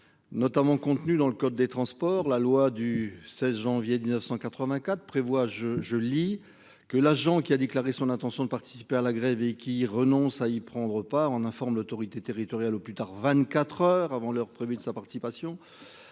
notamment dans le code des transports. En effet, la loi du 16 janvier 1984 prévoit que « l'agent qui a déclaré son intention de participer à la grève et qui renonce à y prendre part en informe l'autorité territoriale au plus tard vingt-quatre heures avant l'heure prévue de sa participation